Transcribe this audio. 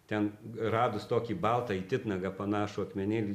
ten radus tokį baltąjį titnagą panašų akmenėlį